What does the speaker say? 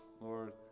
lord